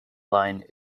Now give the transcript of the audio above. line